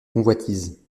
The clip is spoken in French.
convoitises